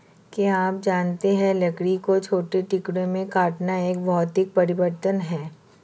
क्या आप जानते है लकड़ी को छोटे टुकड़ों में काटना एक भौतिक परिवर्तन है?